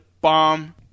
bomb